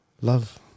Love